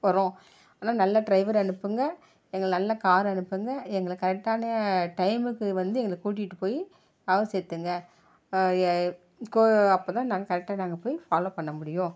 வரோம் அதனால் நல்ல ட்ரைவர் அனுப்புங்கள் எங்கள் நல்ல கார் அனுப்புங்க எங்களை கரெக்ட்டான டைமுக்கு வந்து எங்களை கூட்டிகிட்டு போய் சேத்துடுங்க அப்போதான் நாங்கள் கரெக்டாக நாங்கள் போய் ஃபாலோ பண்ண முடியும்